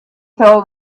told